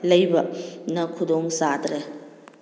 ꯂꯩꯕꯅ ꯈꯨꯗꯣꯡ ꯆꯥꯗ꯭ꯔꯦ